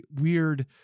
weird